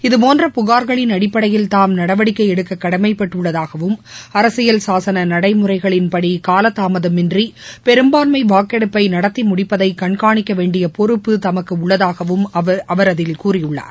இதுபோன்ற புகார்களின் அடிப்படையில் தாம் நடவடிக்கை எடுக்க கடமைப்பட்டுள்ளதாகவும் அரசியல் சாசன நடைமுறைகளின்படி கால தாமதமின்றி பெரும்பான்மை வாக்கெடுப்பை நடத்தி முடிப்பதை கண்காணிக்கவேண்டிய பொறுப்பு தமக்கு உள்ளதாகவும் அதில் அவர் கூறியுள்ளார்